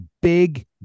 big